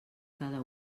cada